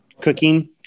cooking